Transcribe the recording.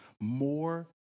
more